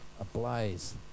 ablaze